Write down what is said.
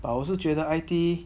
but 我是觉得 I_T_E